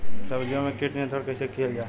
सब्जियों से कीट नियंत्रण कइसे कियल जा?